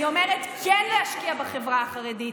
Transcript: אני אומרת: כן להשקיע בחברה החרדית,